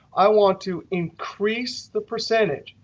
i want to increase the percentage.